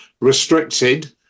restricted